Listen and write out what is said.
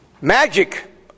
magic